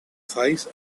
size